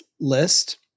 list